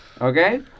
Okay